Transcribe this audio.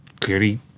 clearly